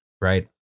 Right